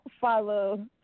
follow